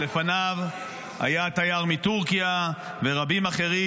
אבל לפניו היה תייר מטורקיה ורבים אחרים,